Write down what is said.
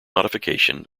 modification